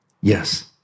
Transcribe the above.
yes